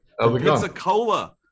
Pensacola